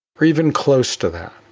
or even close to that.